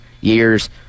years